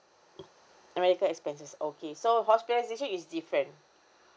uh medical expenses okay so hospitalization is different